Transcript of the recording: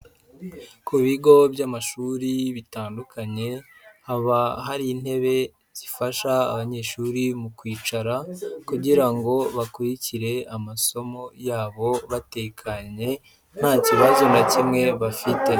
Ku bigo by'amashuri bitandukanye, haba hari intebe zifasha abanyeshuri mu kwicara kugira ngo bakurikire amasomo yabo batekanye, nta kibazo na kimwe bafiteta.